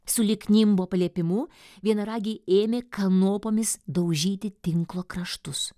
sulig nimbo paliepimu vienaragiai ėmė kanopomis daužyti tinklo kraštus